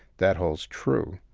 that holds true